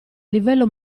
livello